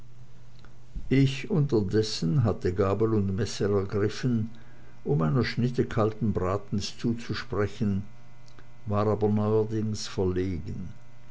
ich unterdessen hatte gabel und messer ergriffen um einer schnitte kalten bratens zuzusprechen war aber neuerdings verlegen